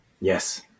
yes